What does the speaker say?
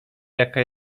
jaka